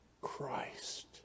Christ